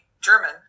German